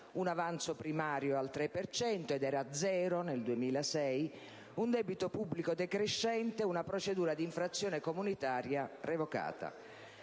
un avanzo primario al 3 per cento (era a zero nel 2006), un debito pubblico decrescente, una procedura d'infrazione comunitaria revocata.